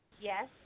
Yes